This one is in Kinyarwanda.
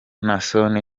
naason